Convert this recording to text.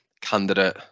candidate